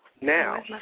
Now